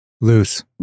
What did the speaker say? loose